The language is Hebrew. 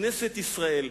"לכנסת ישראל".